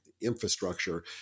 infrastructure